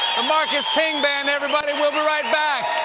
the marcus king band, everybody! we'll be right back.